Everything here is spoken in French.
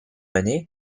année